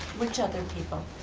which other people?